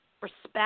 respect